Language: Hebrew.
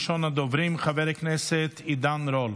ראשון הדוברים, חבר הכנסת עידן רול.